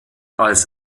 als